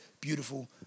beautiful